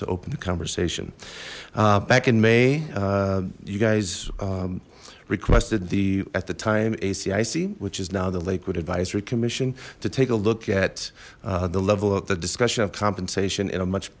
to open the conversation back in may you guys requested the at the time a cic which is now the lakewood advisory commission to take a look at the level of the discussion of compensation in a much